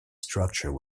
structure